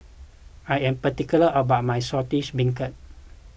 I am particular about my Saltish Beancurd